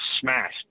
smashed